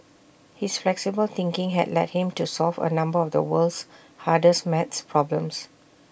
his flexible thinking had led him to solve A number of the world's hardest math problems